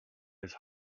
his